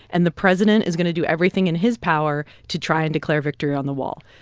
and the president is going to do everything in his power to try and declare victory on the wall.